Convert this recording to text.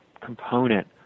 component